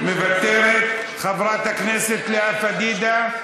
מוותרת, חברת הכנסת לאה פדידה,